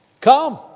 come